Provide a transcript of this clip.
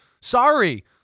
Sorry